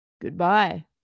goodbye